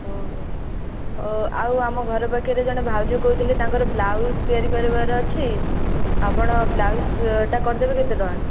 ଓହୋ ଓ ଆଉ ଆମ ଘର ପାଖରେ ଜଣେ ଭାଉଜ କହୁଥିଲେ ତାଙ୍କର ବ୍ଲାଉଜ ତିଆରି କରିବାର ଅଛି ଆପଣ ବ୍ଲାଉଜ ଟା କରିଦେବେ କେତେ ଟଙ୍କା